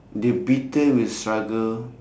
the battle will struggle